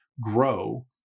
grow